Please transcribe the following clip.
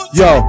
yo